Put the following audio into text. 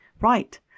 Right